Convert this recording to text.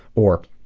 or